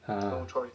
!huh!